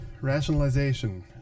Rationalization